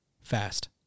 fast